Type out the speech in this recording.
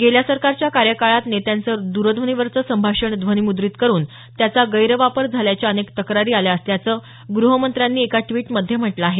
गेल्या सरकारच्या कार्यकाळात नेत्याचं द्रध्वनीवरचं संभाषण ध्वनीमुद्रित करून त्याचा गैरवापर झाल्याच्या अनेक तक्रारी आल्या असल्याचं ग्रहमंत्र्यांनी एका ट्वीटमध्ये म्हटलं आहे